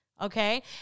okay